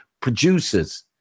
producers